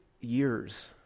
years